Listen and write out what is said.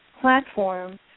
platform